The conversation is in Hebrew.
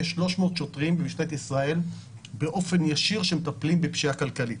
יש 300 שוטרים ממשטרת ישראל באופן ישיר שמטפלים בפשיעה הכלכלית,